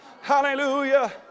Hallelujah